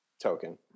token